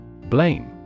Blame